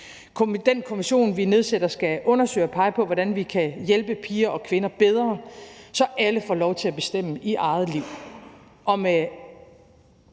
Den kommission, vi nedsætter, skal undersøge og pege på, hvordan vi kan hjælpe piger og kvinder bedre, så alle får lov til at bestemme i eget liv.